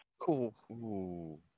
Cool